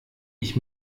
ich